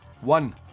one